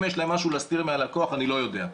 אם יש להם משהו להסתיר מהלקוח, אני לא יודע.